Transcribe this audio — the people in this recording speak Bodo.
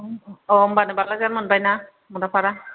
अ होमबानो बालाजार मोनबाय ना मुराफारा